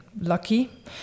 lucky